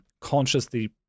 consciously